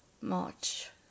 March